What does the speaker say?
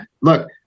look